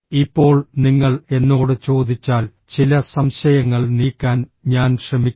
ഇപ്പോൾ നിങ്ങൾ എന്നോട് ചോദിച്ചാൽ ചില സംശയങ്ങൾ നീക്കാൻ ഞാൻ ശ്രമിക്കും